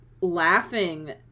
laughing